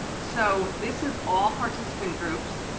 so this is all participant groups.